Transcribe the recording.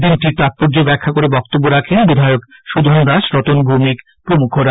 দিনটির তাৎপর্য ব্যাখা করে বক্তব্য রাখেন বিধায়ক সূধন দাস রতন ভৌমিক প্রমুখরা